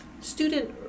student